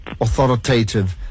authoritative